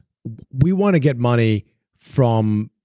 we want to get money from